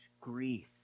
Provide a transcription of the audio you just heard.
grief